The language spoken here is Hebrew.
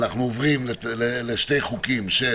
אנחנו עוברים לשני חוקים של